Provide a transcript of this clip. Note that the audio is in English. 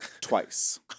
twice